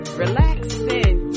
relaxing